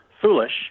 foolish